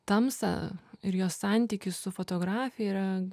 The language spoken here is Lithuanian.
tamsą ir jos santykį su fotografija yra